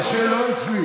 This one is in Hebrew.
לא אצלי.